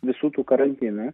visų tų karantinų